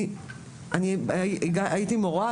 הייתי מורה,